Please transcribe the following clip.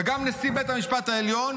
וגם נשיא בית המשפט העליון,